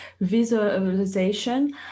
visualization